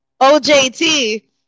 OJT